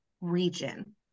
region